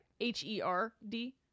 H-E-R-D